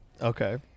Okay